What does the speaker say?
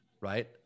right